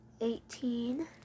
eighteen